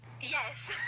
yes